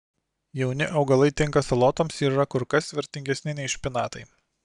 jauni augalai tinka salotoms ir yra kur kas vertingesni nei špinatai